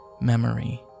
memory